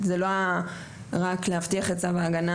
זה לא רק להבטיח את צו ההגנה.